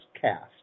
cast